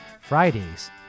Fridays